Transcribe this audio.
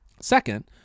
Second